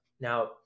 Now